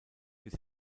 bis